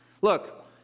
Look